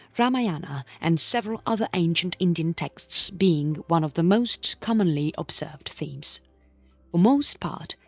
ramayana, and several other ancient indian texts being one of the most commonly observed themes. for most part,